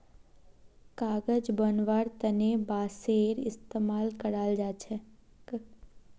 कागज बनव्वार तने बांसेर इस्तमाल कराल जा छेक